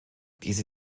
diese